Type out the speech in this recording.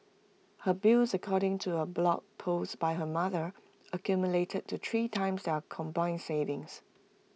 her bills according to A blog post by her mother accumulated to three times are combined savings